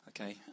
Okay